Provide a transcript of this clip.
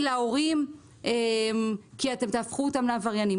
להורים כי אתם תהפכו אותם לעבריינים.